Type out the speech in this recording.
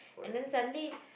and then suddenly